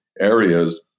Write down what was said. areas